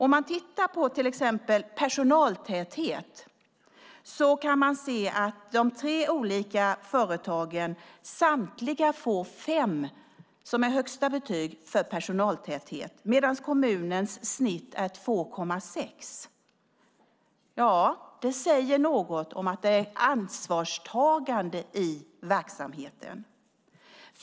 Om man tittar på till exempel personaltäthet kan man se att de tre olika företagen samtliga får 5 som är högsta betyg för personaltäthet, medan kommunens snitt är 2,6. Det säger något om att det är ett ansvarstagande i verksamheten.